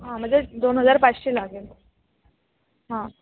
हां म्हणजे दोन हजार पाचशे लागेल हां